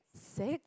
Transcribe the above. six